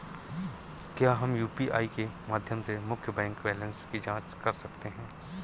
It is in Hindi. क्या हम यू.पी.आई के माध्यम से मुख्य बैंक बैलेंस की जाँच कर सकते हैं?